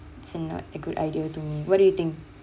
seem a good idea to what do you think